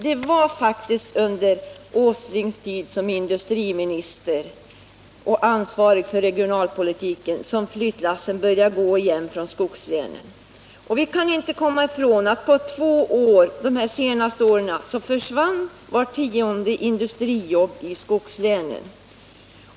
Det var faktiskt under Nils Åslings tid som industriminister och ansvarig för regionalpolitiken som flyttlassen började gå igen från 81 skogslänen. Vi kan inte komma ifrån att under de två senaste åren försvann vart tionde industrijobb i skogslänen.